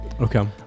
Okay